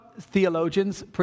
theologians